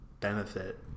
benefit